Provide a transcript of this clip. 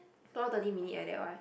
two hour thirty minute eh that one